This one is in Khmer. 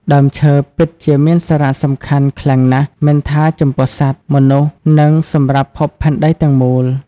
ដើមឈើពិតជាមានសារៈប្រយោជន៍ខ្លាំងណាស់មិនថាចំពោះសត្វ មនុស្សនិងសម្រាប់ភពផែនដីទាំងមូល។